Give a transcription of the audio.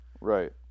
Right